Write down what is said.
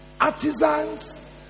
artisans